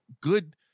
good